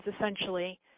essentially